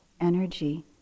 energy